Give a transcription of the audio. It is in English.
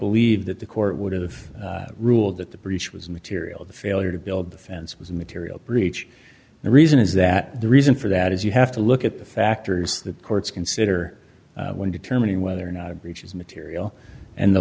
believe that the court would've ruled that the breach was material the failure to build the fence was a material breach the reason is that the reason for that is you have to look at the factors that courts consider when determining whether or not a breach is material and the